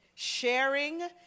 sharing